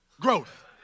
growth